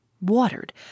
watered